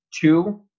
two